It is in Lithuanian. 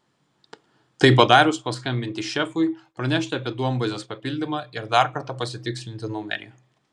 tai padarius paskambinti šefui pranešti apie duombazės papildymą ir dar kartą pasitikslinti numerį